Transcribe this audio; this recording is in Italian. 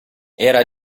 era